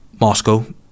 Moscow